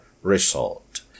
result